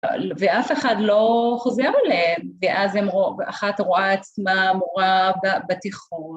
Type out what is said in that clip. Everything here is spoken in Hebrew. ‫ואף אחד לא חוזר עליהם, ‫ואז אחת רואה עצמה מורה בתיכון.